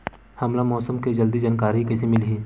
हमला मौसम के जल्दी जानकारी कइसे मिलही?